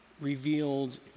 revealed